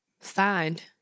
Signed